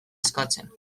eskatzen